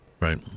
Right